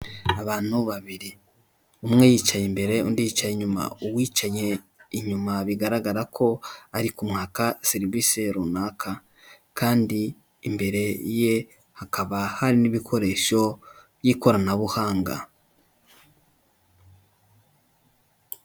Abantu babiri, umwe yicaye imbere, undi yicaye inyuma, uwicaye inyuma bigaragara ko ari kumwaka serivise runaka, kandi imbere ye hakaba hari n'ibikoresho by'ikoranabuhanga.